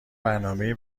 برنامهای